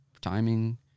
timing